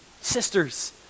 sisters